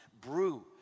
brew